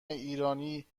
ایرانی